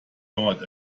dauert